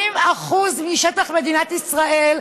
80% משטח מדינת ישראל,